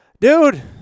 Dude